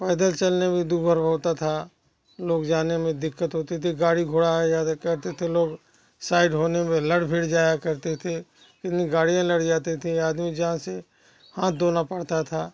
पैदल चलने में दूभर होता था लोग जाने में दिक्कत होती थी गाड़ी घोड़ा है आ ज्यादा करते थे लोग साइड होने में लड़ भिड़ जाया करते थे कितनी गाड़िया लड़ जाती थी आदमी जान से हाथ धोना पड़ता था